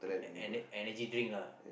e~ e~ energy drink lah